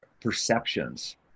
perceptions